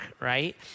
right